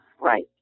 Right